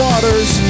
Waters